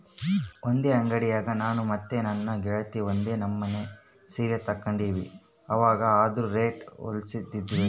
ಒಂದೇ ಅಂಡಿಯಾಗ ನಾನು ಮತ್ತೆ ನನ್ನ ಗೆಳತಿ ಒಂದೇ ನಮನೆ ಸೀರೆ ತಗಂಡಿದ್ವಿ, ಇವಗ ಅದ್ರುದು ರೇಟು ಹೋಲಿಸ್ತಿದ್ವಿ